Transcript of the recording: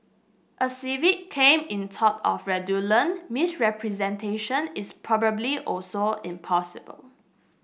a civil claim in tort of fraudulent misrepresentation is probably also impossible